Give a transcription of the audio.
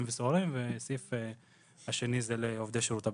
וסוהרים והסעיף השני זה לעובדי שירות הביטחון.